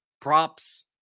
props